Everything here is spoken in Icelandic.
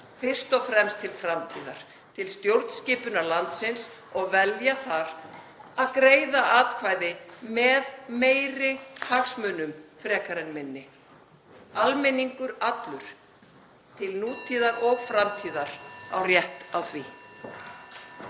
fyrst og fremst til framtíðar, til stjórnskipunar landsins og velja þar að greiða atkvæði með meiri hagsmunum frekar en minni. Almenningur allur til nútíðar og framtíðar á rétt á því.